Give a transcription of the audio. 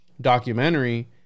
documentary